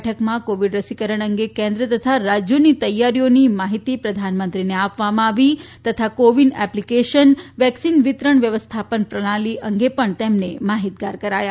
બેઠકમાં કોવિડ રસીકરણ અંગે કેન્દ્ર તથા રાજ્યોની તૈયારીઓની માહિતી પ્રધાનમંત્રીને આપવામાં આવી તથા કો વિન એપ્લીકેશન વેક્સીન વિતરણ વ્યવસ્થાપન પ્રણાલી અંગે પણ માહિતગાર કરાયા